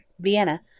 Vienna